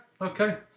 okay